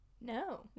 No